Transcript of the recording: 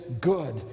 good